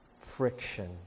friction